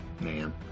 man